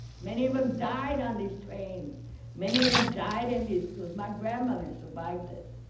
many of them died on these trains many of them died in these schools. my grandmother survived it.